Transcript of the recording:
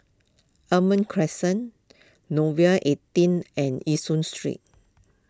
Almond Crescent Nouvel eighteen and Yishun Street